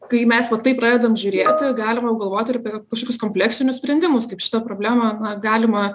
kai mes va taip pradedam žiūrėti galima apgalvoti ir apie kažkokius kompleksinius sprendimus kaip šitą problemą na galima